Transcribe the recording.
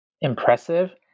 impressive